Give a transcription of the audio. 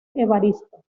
evaristo